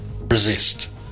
resist